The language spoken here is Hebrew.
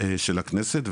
של הכנסת,